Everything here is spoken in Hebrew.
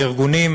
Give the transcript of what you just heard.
לארגונים